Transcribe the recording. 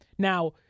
Now